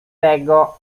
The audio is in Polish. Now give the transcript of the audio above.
tego